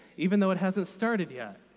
even though it hasn't started yet.